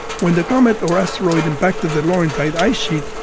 when the comet or asteroid impacted the laurentide ice sheet,